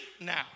now